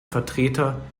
vertreter